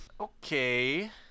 Okay